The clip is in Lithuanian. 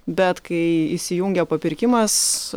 bet kai įsijungia papirkimas